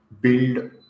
build